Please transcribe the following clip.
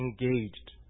engaged